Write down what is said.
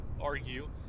argue